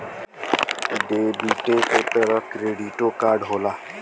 डेबिटे क तरह क्रेडिटो कार्ड होला